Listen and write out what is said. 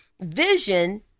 vision